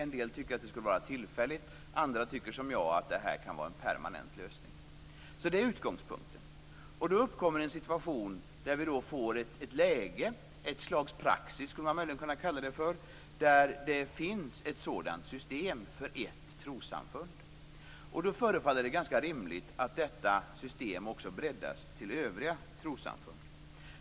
En del tycker att detta skall vara tillfälligt, andra tycker som jag att det här kan vara en permanent lösning. Det är utgångspunkten. Då uppkommer en situation där vi får ett slags praxis där det finns ett sådant system för ett trossamfund. Det förefaller ganska rimligt att detta system också breddas till övriga trossamfund.